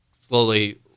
slowly